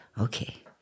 Okay